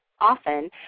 often